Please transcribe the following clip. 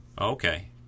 okay